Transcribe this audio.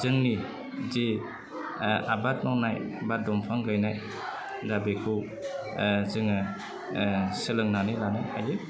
जोंनि जि आबाद मावनाय बा दंफां गायनाय दा बेखौ जोङो सोलोंनानै लानो हायो